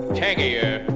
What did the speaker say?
tangier,